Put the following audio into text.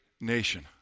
nation